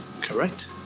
correct